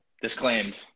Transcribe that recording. disclaimed